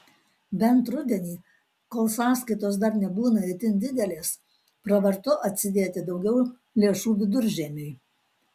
bent rudenį kol sąskaitos dar nebūna itin didelės pravartu atsidėti daugiau lėšų viduržiemiui